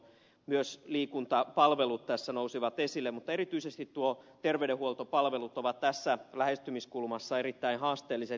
myös liikuntapalvelut tässä nousivat esille mutta erityisesti nuo terveydenhuoltopalvelut ovat tässä lähestymiskulmassa erittäin haasteelliset